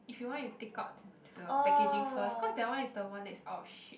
if you want you take out the packaging first cause that one is the one that is out of shape